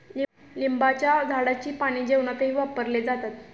लिंबाच्या झाडाची पाने जेवणातही वापरले जातात